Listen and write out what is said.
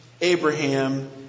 Abraham